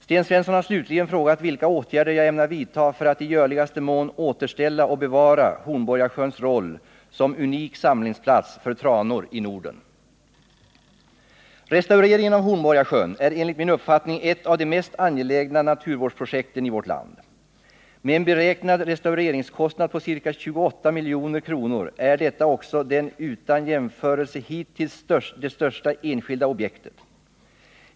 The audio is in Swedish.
Sten Svensson har slutligen frågat vilka åtgärder jag ämnar vidta för att i görligaste mån återställa och bevara Hornborgasjöns roll som unik samlingsplats för tranor i Norden. Restaureringen av Hornborgasjön är enligt min uppfattning ett av de mest angelägna naturvårdsprojekten i vårt land. Med en beräknad restaureringskostnad på ca 28 milj.kr. är detta också det utan jämförelse hittills största enskilda objektet.